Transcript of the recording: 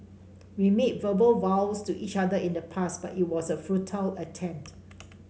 we made verbal vows to each other in the past but it was a futile attempt